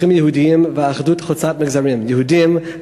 ערכים יהודיים ואחדות חוצה מגזרים: יהודים,